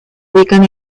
ubican